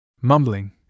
Mumbling